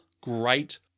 great